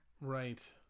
Right